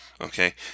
Okay